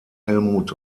helmut